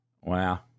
Wow